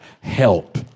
help